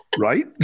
right